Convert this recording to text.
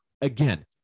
again